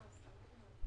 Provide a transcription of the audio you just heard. שלפני מתן תוקף.